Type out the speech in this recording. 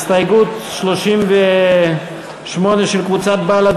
הסתייגות 38 של קבוצת בל"ד.